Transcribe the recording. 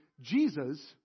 Jesus